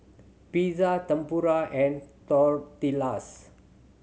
Pizza Tempura and Tortillas